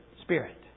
spirit